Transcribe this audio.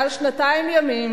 מעל שנתיים ימים